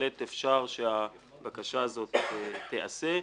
בהחלט אפשר שהבקשה הזאת תיעשה,